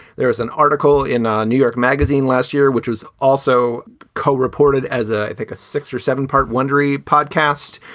there was an article in ah new york magazine last year which was also co-reported as i think a six or seven part wondering. podcast.